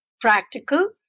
practical